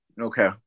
Okay